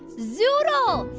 zoodle,